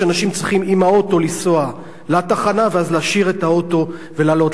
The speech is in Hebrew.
כשאנשים צריכים עם האוטו לנסוע לתחנה ואז להשאיר את האוטו ולעלות.